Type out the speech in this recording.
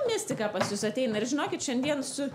mistika pas jus ateina ir žinokit šiandien su